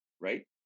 right